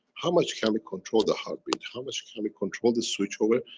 how much can we control the heartbeat? how much can we control the switch over,